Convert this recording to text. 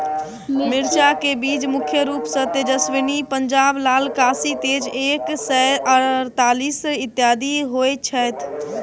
मिर्चा केँ बीज मुख्य रूप सँ तेजस्वनी, पंजाब लाल, काशी तेज एक सै अड़तालीस, इत्यादि होए छैथ?